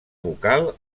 vocal